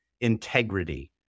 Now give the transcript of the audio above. integrity